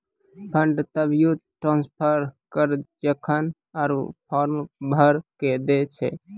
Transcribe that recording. fund तभिये transfer करऽ जेखन ऊ फॉर्म भरऽ के दै छै